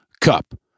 Cup